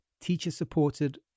teacher-supported